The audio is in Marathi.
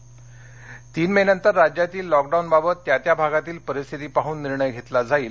उद्भव ठाकरे तीन मेनंतर राज्यातील लॉकडाऊनबाबत त्या त्या भागातील परिस्थिती पाहन निर्णय घेतला जाईल